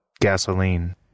Gasoline